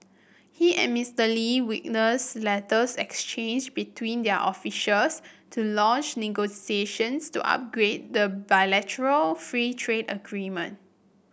he and Mister Lee witnessed letters exchanged between their officials to launch negotiations to upgrade the bilateral free trade agreement